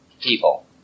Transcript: people